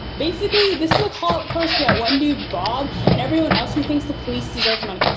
basically this is a call out post for that one dude bog, and everyone else who thinks the police's are for money.